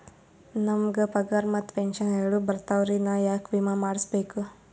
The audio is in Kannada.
ನಮ್ ಗ ಪಗಾರ ಮತ್ತ ಪೆಂಶನ್ ಎರಡೂ ಬರ್ತಾವರಿ, ನಾ ಯಾಕ ವಿಮಾ ಮಾಡಸ್ಬೇಕ?